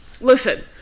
listen